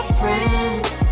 friends